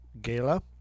gala